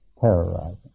terrorizing